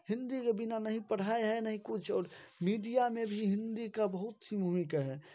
हिंदी के बिना नहीं पढ़ाया है नहीं कुछ मीडिया में भी हिंदी का बहुत सी भूमिका है